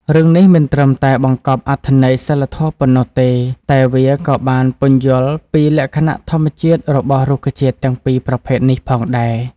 រឿងនេះមិនត្រឹមតែបង្កប់អត្ថន័យសីលធម៌ប៉ុណ្ណោះទេ តែវាក៏បានពន្យល់ពីលក្ខណៈធម្មជាតិរបស់រុក្ខជាតិទាំងពីរប្រភេទនេះផងដែរ។